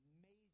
amazing